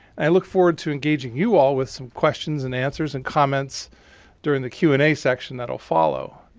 i look forward to engaging you all with some questions and answers and comments during the q and a section that will follow.